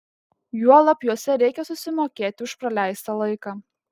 juolab juose reikia susimokėti už praleistą laiką